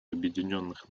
объединенных